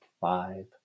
five